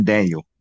Daniel